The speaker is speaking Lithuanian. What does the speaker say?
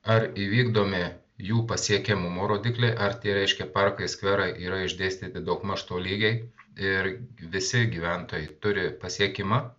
ar įvykdomi jų pasiekiamumo rodikliai ar tai reiškia parkai skverai yra išdėstyti daugmaž tolygiai ir visi gyventojai turi pasiekimą